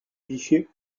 fichier